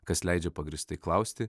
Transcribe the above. kas leidžia pagrįstai klausti